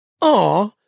Aw